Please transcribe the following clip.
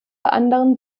anderen